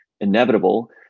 inevitable